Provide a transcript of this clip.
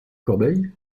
corbeille